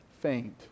faint